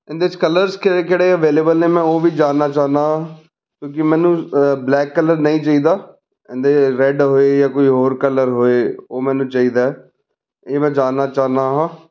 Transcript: ਇਹਦੇ 'ਚ ਕਲਰਸ ਕਿਹੜੇ ਕਿਹੜੇ ਅਵੇਲੇਬਲ ਨੇ ਮੈਂ ਉਹ ਵੀ ਜਾਣਨਾ ਚਾਹੁੰਦਾ ਹਾਂ ਕਿਉਂਕਿ ਮੈਨੂੰ ਬਲੈਕ ਕਲਰ ਨਹੀਂ ਚਾਹੀਦਾ ਇਹਦੇ ਰੈੱਡ ਹੋਵੇ ਜਾਂ ਕੋਈ ਹੋਰ ਕਲਰ ਹੋਵੇ ਉਹ ਮੈਨੂੰ ਚਾਹੀਦਾ ਹੈ ਇਹ ਮੈਂ ਜਾਣਨਾ ਚਾਹੁੰਦਾ ਹਾਂ